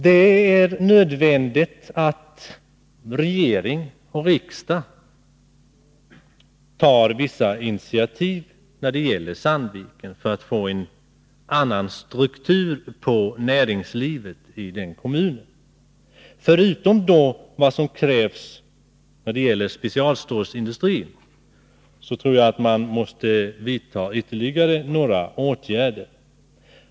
Det är nödvändigt att regering och riksdag tar vissa initiativ när det gäller Sandviken för att få en annan struktur på näringslivet i den kommunen. Förutom det som krävs när det gäller specialstålsindustrin tror jag att man måste vidta ytterligare några åtgärder.